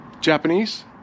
Japanese